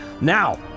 Now